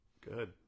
good